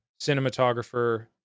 cinematographer